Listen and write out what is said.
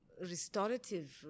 restorative